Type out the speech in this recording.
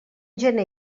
gener